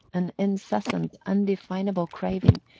an incessant undefinable craving,